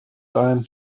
ein